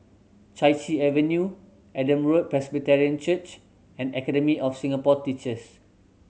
Chai Chee Avenue Adam Road Presbyterian Church and Academy of Singapore Teachers